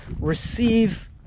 receive